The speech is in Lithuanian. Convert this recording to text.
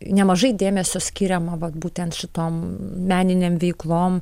nemažai dėmesio skiriama va būtent šitom meninėm veiklom